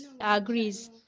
agrees